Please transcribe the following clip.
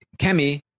Kemi